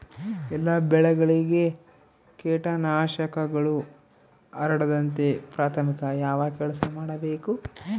ಎಲ್ಲ ಬೆಳೆಗಳಿಗೆ ಕೇಟನಾಶಕಗಳು ಹರಡದಂತೆ ಪ್ರಾಥಮಿಕ ಯಾವ ಕೆಲಸ ಮಾಡಬೇಕು?